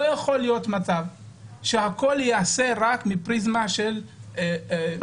לא יכול להיות מצב שהכול ייעשה רק מפריזמה של נציגים